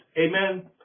Amen